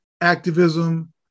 activism